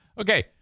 Okay